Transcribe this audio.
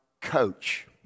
coach